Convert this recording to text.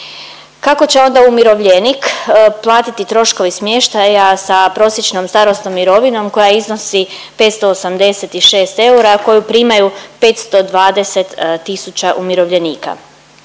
Kako će onda umirovljenik platiti troškove smještaja sa prosječnom starosnom mirovinom koja iznosi 586 eura, a koju primaju 520 tisuća umirovljenika.